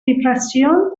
vibració